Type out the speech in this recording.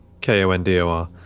K-O-N-D-O-R